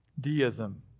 Deism